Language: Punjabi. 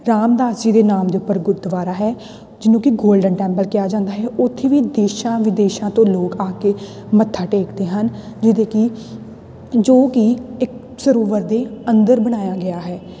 ਰਾਮਦਾਸ ਜੀ ਦੇ ਨਾਮ ਦੇ ਉੱਪਰ ਗੁਰਦੁਆਰਾ ਹੈ ਜਿਹਨੂੰ ਕਿ ਗੋਲਡਨ ਟੈਂਪਲ ਕਿਹਾ ਜਾਂਦਾ ਹੈ ਉੱਥੇ ਵੀ ਦੇਸ਼ਾਂ ਵਿਦੇਸ਼ਾਂ ਤੋਂ ਲੋਕ ਆ ਕੇ ਮੱਥਾ ਟੇਕਦੇ ਹਨ ਜਿਹਦੇ ਕਿ ਜੋ ਕਿ ਇੱਕ ਸਰੋਵਰ ਦੇ ਅੰਦਰ ਬਣਾਇਆ ਗਿਆ ਹੈ